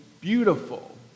beautiful